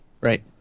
Right